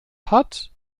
hat